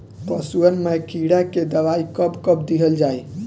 पशुअन मैं कीड़ा के दवाई कब कब दिहल जाई?